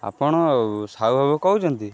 ଆପଣ ସାହୁ ବାବୁ କହୁଛନ୍ତି